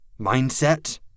mindset